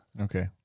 Okay